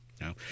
No